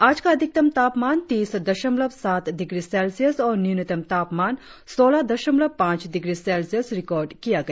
आज का अधिकतम तापमान तीस दशमलव सात डिग्री सेल्सियस और न्यूनतम तापमान सौलह दशमलव पांच डिग्री सेल्सियस रिकार्ड किया गया